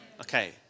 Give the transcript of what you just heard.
Okay